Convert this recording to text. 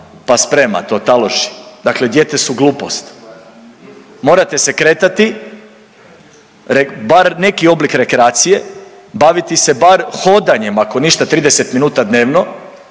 pa sprema to, taloži, dakle dijete su glupost. Morate se kretati, bar neki oblik rekreacije, baviti se bar hodanjem ako ništa 30 minuta dnevno,